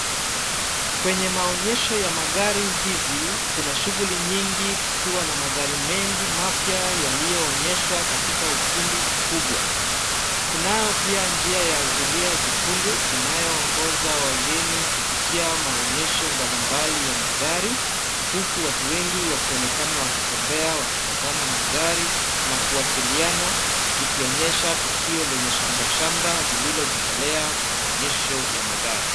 Kwenye maonyesho ya magari hizi, kuna shughulli nyingi kukiwa na magari mengi mapya yaliyoonyeshwa katika ukumbi kubwa. Kunayo pia njia ya zulia jekundu inayoongoza wageni kupitia maonyesho mbalimbali ya magari, huku watu wengi wakionekana wakitembea wakitazama magari na kuwasiliana ikionyesha tukio lenye shamrashamra lililojitolea kwa maonyesho ya magari.